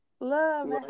Love